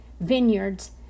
vineyards